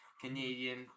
Canadian